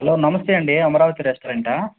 hello నమస్తే అండి అమరావతి రెస్టారెంటా